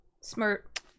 smart